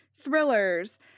thrillers